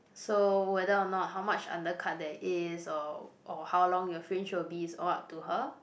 so whether or not how much undercut there is or or how long your fringe will be is all up to her